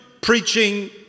preaching